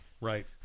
Right